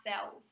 cells